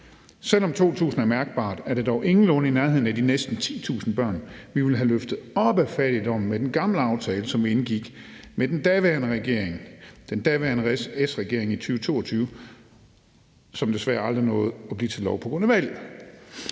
Selv om 2.000 er et mærkbart antal, er det dog ingenlunde i nærheden af de næsten 10.000 børn, vi ville have løftet op af fattigdommen med den gamle aftale, som vi indgik med den daværende regering i 2022 – den daværende S-regering – og som desværre aldrig nåede at blive til lov på grund af valget.